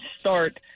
start